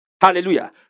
Hallelujah